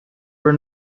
were